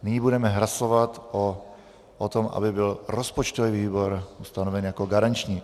Nyní budeme hlasovat o tom, aby byl rozpočtový výbor ustanoven jako garanční.